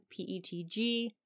PETG